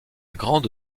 grande